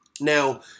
Now